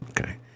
Okay